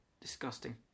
disgusting